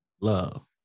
love